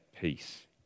peace